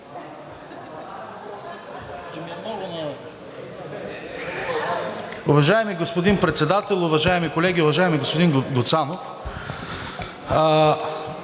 Уважаеми господин Председател, уважаеми колеги! Уважаеми господин Гуцанов,